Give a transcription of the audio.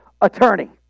attorney